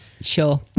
sure